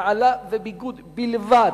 הנעלה וביגוד בלבד.